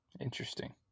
Interesting